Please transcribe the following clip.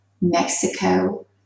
Mexico